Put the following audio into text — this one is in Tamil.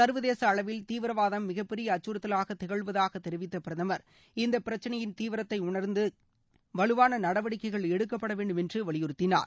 சர்வதேச அளவில் தீவிரவாதம் மிகப் பெரிய அச்சுறுத்தலாக திகழ்வதாக தெரிவித்த பிரதமர் இந்தப் பிரச்சினையின் தீவிரத்தை உணர்ந்து வலுவாள நடவடிக்கைகள் எடுக்கப்பட வேண்டும் என்று வலியுறுத்தினார்